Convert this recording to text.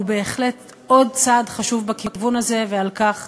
הוא בהחלט עוד צעד חשוב בכיוון הזה, ועל כך